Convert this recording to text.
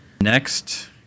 Next